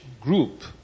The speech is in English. group